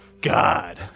God